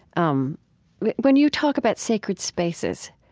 um when you talk about sacred spaces,